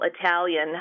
Italian